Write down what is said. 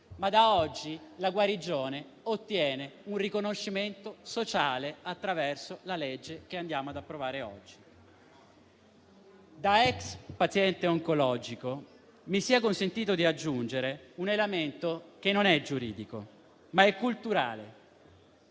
da oggi, la guarigione ottiene un riconoscimento sociale attraverso il disegno di legge che ci accingiamo ad approvare. Da ex paziente oncologico mi sia consentito di aggiungere un elemento che non è giuridico, ma culturale.